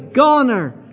goner